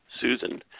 Susan